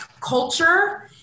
culture